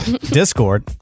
Discord